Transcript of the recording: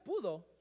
Pudo